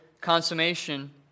consummation